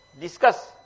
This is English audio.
discuss